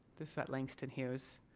this at langston hughes.